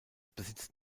besitzt